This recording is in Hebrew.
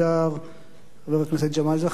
חבר הכנסת ג'מאל זחאלקה לא כאן,